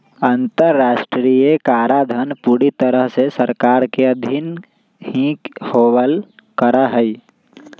अन्तर्राष्ट्रीय कराधान पूरी तरह से सरकार के अधीन ही होवल करा हई